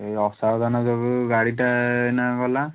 ଏଇ ଅସାବଧାନତା ଯୋଗୁଁ ଗାଡ଼ିଟା ଏଇନା ଗଲା